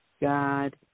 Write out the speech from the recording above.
God